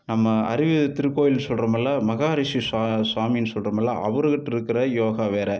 நம்ம அரியூர் திருக்கோவில் சொல்றோம்ல மஹா ரிஷி ஸ்வாமினு சொல்றோம்ல அவர் கிட்டே இருக்கிற யோகா வேற